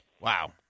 Wow